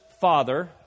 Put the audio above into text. father